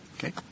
Okay